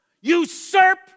usurp